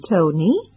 Tony